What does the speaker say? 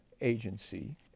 agency